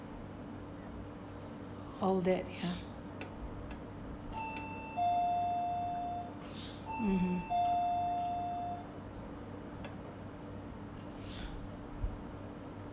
all that ya (uh huh)